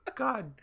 god